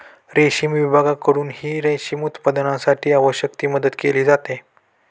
रेशीम विभागाकडूनही रेशीम उत्पादनासाठी आवश्यक ती मदत केली जाते